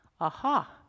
aha